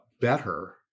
better